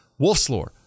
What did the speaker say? Wolfslore